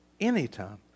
Anytime